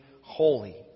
holy